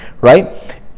right